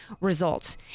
results